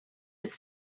its